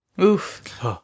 Oof